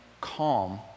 calm